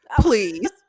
please